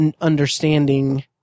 understanding